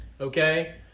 okay